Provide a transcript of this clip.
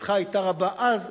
שחוכמתך היתה רבה אז,